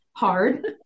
hard